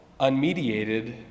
unmediated